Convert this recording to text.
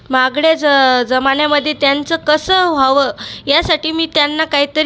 महागड्या ज जमान्यामध्ये त्यांचं कसं व्हावं यासाठी मी त्यांना काहीतरी